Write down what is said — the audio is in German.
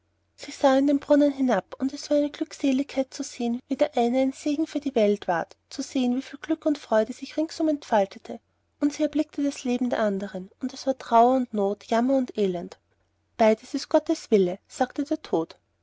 in den brunnen hinab und es war eine glückseligkeit zu sehen wie der eine ein segen für die welt ward zu sehen wie viel glück und freude sich ringsum entfaltete und sie erblickte das leben der andern und es war trauer und not jammer und elend beides ist gottes wille sagte der tod